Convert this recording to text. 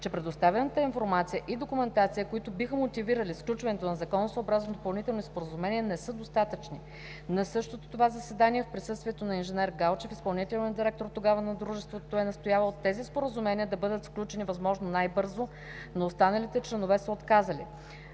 че предоставената информация и документация, които биха мотивирали сключването на законосъобразно допълнително споразумение, не са достатъчни. На същото заседание в присъствието на инж. Галчев изпълнителният директор тогава на дружеството е настоявал тези споразумения да бъдат сключени възможно най-бързо, но останалите членове са отказали.